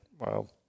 Wow